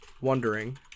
wondering